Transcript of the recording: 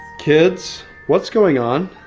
kids what's going on?